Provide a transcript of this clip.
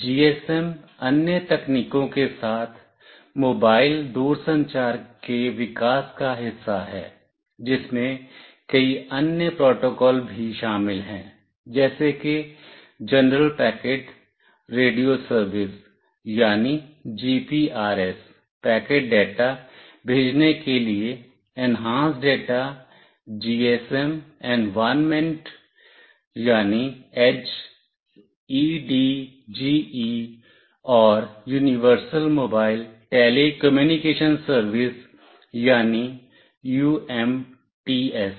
GSM अन्य तकनीकों के साथ मोबाइल दूरसंचार के विकास का हिस्सा है जिसमें कई अन्य प्रोटोकॉल भी शामिल हैं जैसे कि जनरल पैकेट रेडियो सर्विस यानी GPRS पैकेट डेटा भेजने के लिए एन्हांस्ड डेटा जीएसएम एनवायरनमेंट यानी एज और यूनिवर्सल मोबाइल टेलीकम्युनिकेशन सर्विस यानी यूएमटीएस